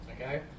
Okay